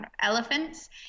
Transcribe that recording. elephants